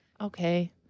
Okay